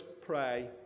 pray